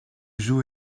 joue